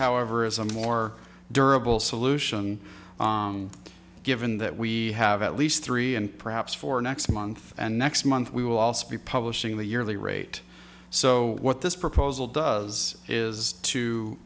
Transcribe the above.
however is a more durable solution given that we have at least three and perhaps for next month and next month we will also be publishing the yearly rate so what this proposal does is to